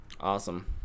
Awesome